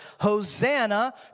Hosanna